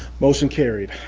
motion carried.